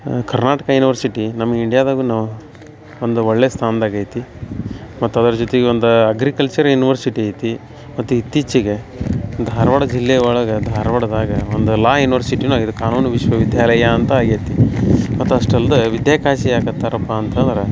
Karnataka university ನಮ್ಮ ಇಂಡಿಯಾದಾಗೂ ಒಂದು ಒಳ್ಳೆಯ ಸ್ಥಾನ್ದಾಗ ಐತಿ ಮತ್ತು ಅದ್ರ ಜೊತಿಗೆ ಒಂದು ಅಗ್ರಿಕಲ್ಚರ್ ಯುನಿವರ್ಸಿಟಿ ಐತಿ ಮತ್ತು ಇತ್ತೀಚಿಗೆ ಧಾರವಾಡ ಜಿಲ್ಲೆ ಒಳಗೆ ಧಾರ್ವಾಡದಾಗ ಒಂದು ಲಾ ಯುನಿವರ್ಸಿಟಿಯೂ ಆಗಿದೆ ಕಾನೂನು ವಿಶ್ವವಿದ್ಯಾಲಯ ಅಂತ ಆಗೈತಿ ಮತ್ತು ಅಷ್ಟೇ ಅಲ್ದೆ ವಿದ್ಯಾಕಾಶಿ ಯಾಕೆ ಅಂತಾರಪ್ಪ ಅಂತಂದ್ರೆ